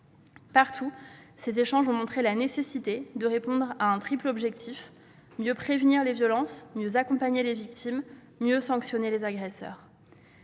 pays. Ces échanges ont montré la nécessité de répondre à un triple objectif : mieux prévenir les violences, mieux accompagner les victimes, mieux sanctionner les agresseurs.